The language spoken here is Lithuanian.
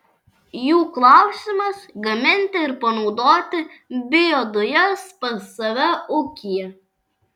jų klausimas gaminti ir panaudoti biodujas pas save ūkyje